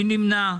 מי נמנע?